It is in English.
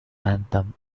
anthem